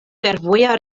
fervoja